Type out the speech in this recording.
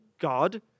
God